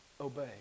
obey